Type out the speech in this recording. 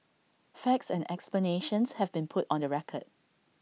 facts and explanations have been put on the record